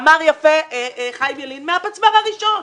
אמר יפה חיים ילין, מהפצמ"ר הראשון.